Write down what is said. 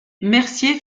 mercier